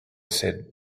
said